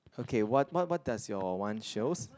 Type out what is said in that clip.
okay what what what does your one shows